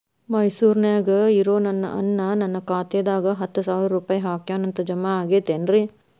ಮೈಸೂರ್ ನ್ಯಾಗ್ ಇರೋ ನನ್ನ ಅಣ್ಣ ನನ್ನ ಖಾತೆದಾಗ್ ಹತ್ತು ಸಾವಿರ ರೂಪಾಯಿ ಹಾಕ್ಯಾನ್ ಅಂತ, ಜಮಾ ಆಗೈತೇನ್ರೇ?